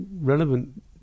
relevant